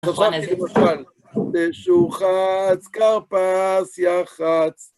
ורחץ, כרפס יחץ.